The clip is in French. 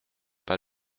pas